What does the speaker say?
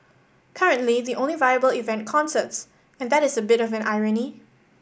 currently the only viable event concerts and that is a bit of an irony